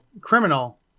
criminal